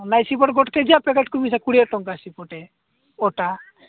ନାଇଁ ସେପଟେ ଗୋଟେ କେ ଜି ପ୍ୟାକେଟ୍ କି ମିଶି କୋଡ଼ିଏ ଟଙ୍କା ସେପଟେ ଗୋଟା